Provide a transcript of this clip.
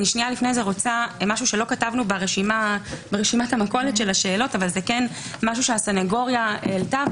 משהו שלא רשמנו ברשימת המכולת של השאלות אבל זה משהו שהסנגוריה העלתה,